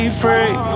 free